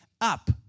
up